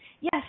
yes